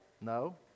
No